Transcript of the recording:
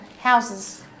houses